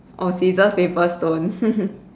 oh scissors paper stone